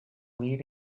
lead